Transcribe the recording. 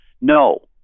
no